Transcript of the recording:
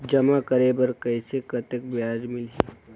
जमा करे बर कइसे कतेक ब्याज मिलही?